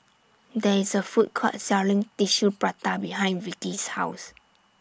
There IS A Food Court Selling Tissue Prata behind Vickie's House